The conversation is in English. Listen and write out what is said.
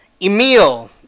Emil